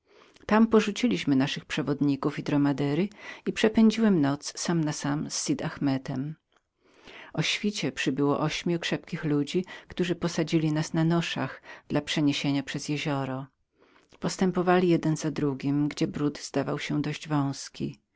tam porzuciliśmy naszych przewodników i dromadery i przepędziłem noc sam na sam z sud ahmetem o świcie przybyło ośmiu krzepkich ludzi którzy posadzili nas na noszach dla przeniesienia przez jezioro postępowali jeden za drugim gdzie bród zdawał się dość wązkim